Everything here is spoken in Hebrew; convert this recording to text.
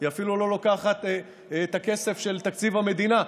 היא אפילו לא לוקחת את הכסף של תקציב המדינה.